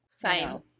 Fine